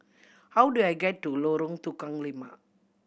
how do I get to Lorong Tukang Lima